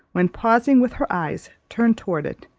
when pausing with her eyes turned towards it,